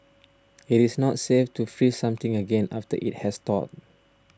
it is not safe to freeze something again after it has thawed